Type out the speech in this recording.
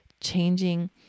changing